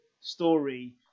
story